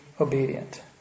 obedient